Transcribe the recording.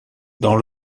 dans